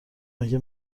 مگه